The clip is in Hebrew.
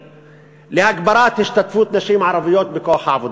להגברת השתתפות נשים ערביות בכוח העבודה,